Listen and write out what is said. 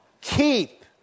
keep